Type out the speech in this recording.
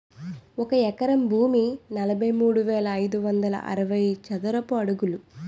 ఒక ఎకరం భూమి నలభై మూడు వేల ఐదు వందల అరవై చదరపు అడుగులు